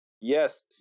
Yes